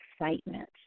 excitement